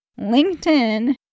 LinkedIn